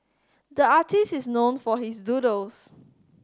the artist is known for his doodles